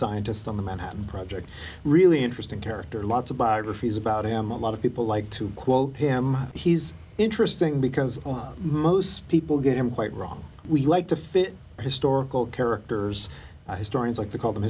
scientist on the manhattan project really interesting character lots of biographies about him a lot of people like to quote him he's interesting because most people get him quite wrong we like to fit historical characters historians like to call them